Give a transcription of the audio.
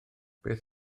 beth